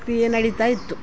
ಕ್ರಿಯೆ ನಡಿತಾ ಇತ್ತು